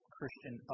Christian